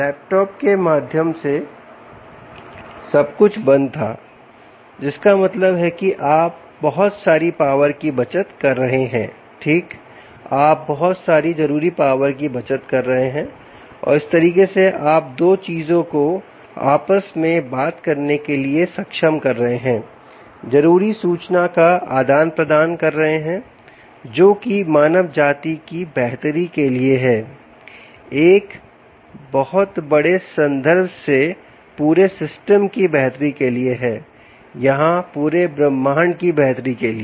laptop के माध्यम से सब कुछ बंद था जिसका मतलब है कि आप बहुत सारी पावर की बचत कर रहे हैं ठीक आप बहुत सारी जरूरी पावर की बचत कर रहे हैं और इस तरीके से आप दो चीजों को आपस में बात करने के लिए सक्षम कर रहे हैं जरूरी सूचना का आदान प्रदान कर रहे हैं जो कि मानव जाति की बेहतरी के लिए है एक बहुत बड़े संदर्भ से पूरे सिस्टम की बेहतरी के लिए हैयहां पूरे ब्रह्मांड की बेहतरी के लिए